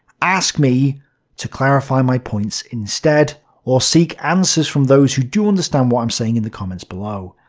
ask me to clarify my points instead, or seek answers from those who do understand what i'm saying in the comments below.